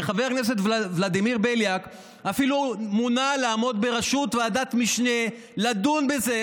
שחבר כנסת ולדימיר בליאק אפילו מונה לעמוד בראשות ועדת משנה לדון בזה,